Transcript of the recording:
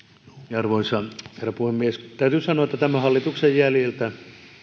arvoisa herra puhemies täytyy sanoa että tämän hallituksen jäljiltä